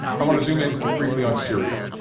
i want to zoom in briefly on syria.